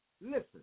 Listen